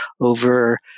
over